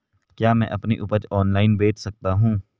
क्या मैं अपनी उपज ऑनलाइन बेच सकता हूँ?